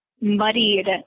muddied